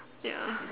ya